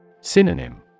Synonym